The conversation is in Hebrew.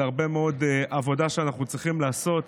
זה הרבה מאוד עבודה שאנחנו צריכים לעשות.